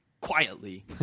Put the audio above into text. quietly